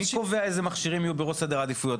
מי קובע אילו מכשירים יהיו בראש סדר העדיפויות?